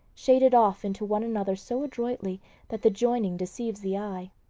shaded off into one another so adroitly that the joining deceives the eye.